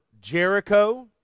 Jericho